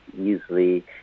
easily